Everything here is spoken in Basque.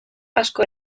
asko